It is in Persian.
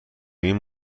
این